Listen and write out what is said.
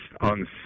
on